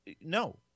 no